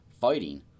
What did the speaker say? fighting